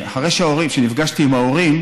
אחרי שנפגשתי עם ההורים,